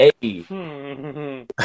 Hey